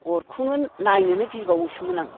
अरखौनो नायनोनो गिबावोसोमोन आं